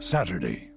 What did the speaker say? Saturday